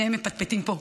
שניהם מפטפטים פה,